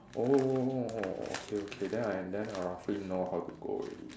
oh oh oh oh okay okay then I then I roughly know how to go already